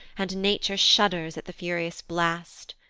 and nature shudders at the furious blast.